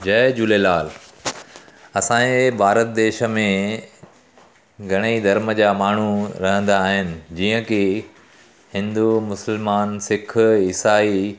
जय झूलेलाल असांजे भारत देश में घणेई धर्म जा माण्हू रहंदा आहिनि जीअं की हिंदू मुसलमान सिख ईसाई